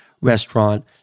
restaurant